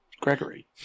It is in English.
Gregory